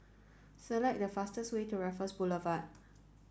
select the fastest way to Raffles Boulevard